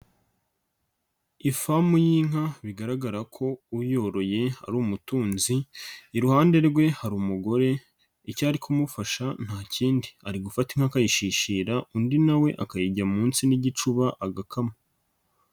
Ifamu y'inka bigaragara ko uyoroye ari umutunzi, iruhande rwe hari umugore icyo ari kumufasha nta kindi ari gufata inka akayishishira undi na we akayijya munsi n'igicuba agakama.